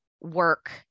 work